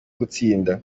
gutsinda